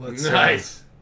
Nice